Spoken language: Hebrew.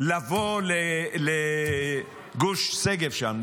לבוא לגוש שגב שם,